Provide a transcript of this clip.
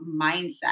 mindset